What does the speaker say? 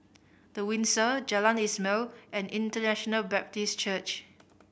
The Windsor Jalan Ismail and International Baptist Church